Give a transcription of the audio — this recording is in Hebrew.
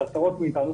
זה עשרות מאיתנו,